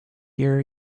year